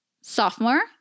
sophomore